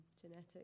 genetic